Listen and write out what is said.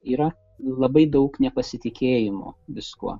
yra labai daug nepasitikėjimo viskuo